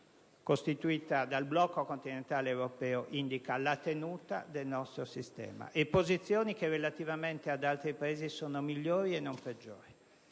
costituita dal blocco continentale europeo indica la tenuta del nostro sistema, e in posizioni che relativamente ad altri Paesi sono migliori e non peggiori.